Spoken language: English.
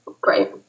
great